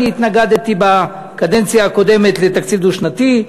אני התנגדתי בקדנציה הקודמת לתקציב דו-שנתי.